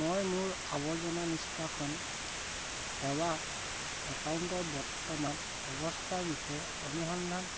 মই মোৰ আৱৰ্জনা নিষ্কাশন সেৱা একাউণ্টৰ বৰ্তমান অৱস্থাৰ বিষয়ে অনুসন্ধান